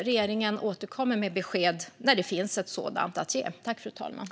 Regeringen återkommer med besked när ett sådant finns att ge.